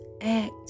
act